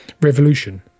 Revolution